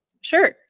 Sure